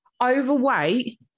Overweight